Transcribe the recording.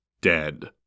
dead